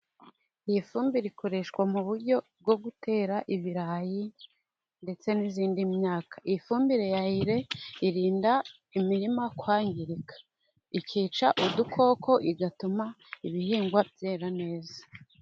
Iyi fumbire ikoreshwa mu buryo bwo gutera ibirayi ndetse n'indi myaka, ifumbire ya ire irinda imirima kwangirika, ikica udukoko, igatuma ibihingwa byera neza.